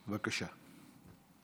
בבקשה.